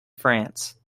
france